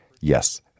Yes